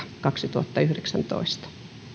kaksituhattayhdeksäntoista